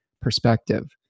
perspective